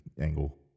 angle